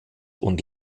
und